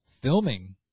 filming